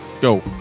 go